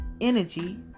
energy